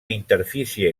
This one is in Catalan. interfície